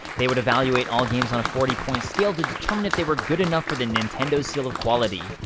they would evaluate all games on a forty point scale to determine if they were good enough for the nintendo seal of quality.